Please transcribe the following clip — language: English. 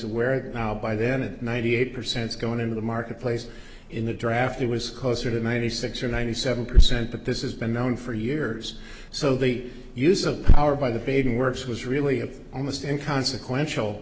that now by then it ninety eight percent is going into the marketplace in the draft it was closer to ninety six or ninety seven percent but this is been known for years so the use of power by the baiting works was really of almost in consequential